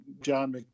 John